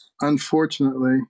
unfortunately